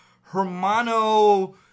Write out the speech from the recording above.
Hermano